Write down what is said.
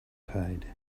paid